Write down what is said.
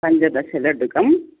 पञ्चदश लड्डुकम्